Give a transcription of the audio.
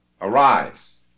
Arise